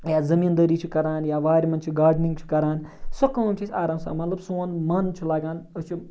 یا زٔمیٖندٲری چھِ کَران یا وارِ منٛز چھِ گاڈنِنٛگ چھِ کَران سۄ کٲم چھِ أسۍ آرام سان مطلب سون مَن چھُ لگان أسۍ چھِ